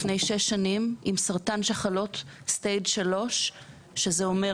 לפני כ-6 שנים עם סרטן שחלות דרגה שלוש שזה אומר